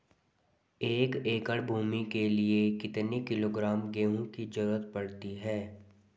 एक एकड़ भूमि के लिए कितने किलोग्राम गेहूँ की जरूरत पड़ती है?